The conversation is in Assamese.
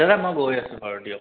দাদা মই গৈ আছে বাৰু দিয়ক